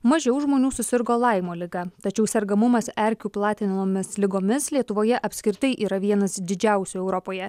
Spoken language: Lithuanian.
mažiau žmonių susirgo laimo liga tačiau sergamumas erkių platinamomis ligomis lietuvoje apskritai yra vienas didžiausių europoje